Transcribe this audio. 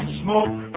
smoke